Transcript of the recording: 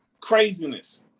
craziness